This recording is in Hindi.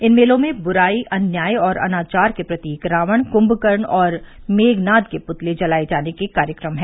इन मेलों में बुराई अन्याय और अनाचार के प्रतीक रावण कुम्भकर्ण और मेघनाद के पुतले जलाए जाने के कार्यक्रम हैं